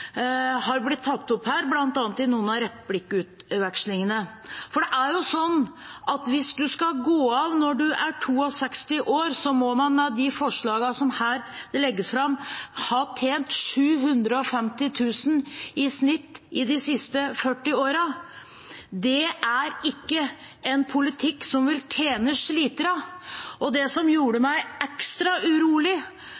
har blitt tatt opp her, bl.a. i noen av replikkvekslingene. For det er jo sånn at hvis man skal gå av når man er 62 år, må man med de forslagene som her legges fram, ha tjent 750 000 kr i snitt de siste 40 årene. Det er ikke en politikk som vil tjene sliterne, og det som